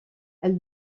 elle